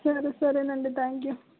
సరే సరేనండి thank you